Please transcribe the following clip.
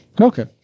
Okay